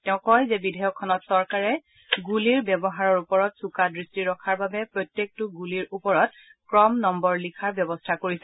তেওঁ কয় যে বিধেয়কখনত চৰকাৰে গুলীৰ ব্যৱহাৰৰ ওপৰত চোকা দৃষ্টি ৰখাৰ বাবে প্ৰত্যেকটো গুলীৰ ওপৰত ক্ৰম নম্বৰ লিখাৰ ব্যৱস্থা কৰিছে